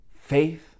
Faith